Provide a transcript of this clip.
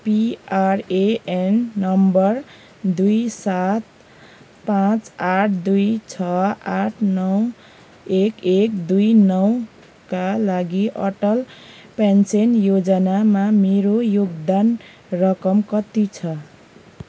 PRAN number दुई सात पाँच आठ दुई छ आठ नौ एक एक दुई नौका लागि अटल पेन्सन योजनामा मेरो योगदान रकम कति छ